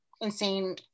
insane